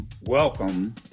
welcome